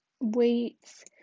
weights